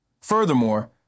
Furthermore